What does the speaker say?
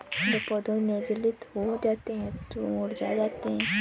जब पौधे निर्जलित हो जाते हैं तो मुरझा जाते हैं